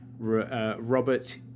Robert